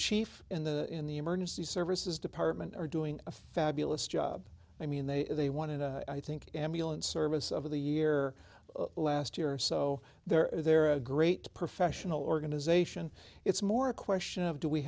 chief in the in the emergency services department are doing a fabulous job i mean they they wanted a i think ambulance service of the year last year so they're they're a great professional organization it's more a question of do we